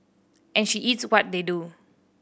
and she eats what they do